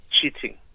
cheating